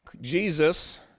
Jesus